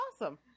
Awesome